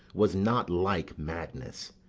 was not like madness.